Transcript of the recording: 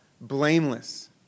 blameless